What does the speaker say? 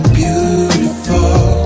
beautiful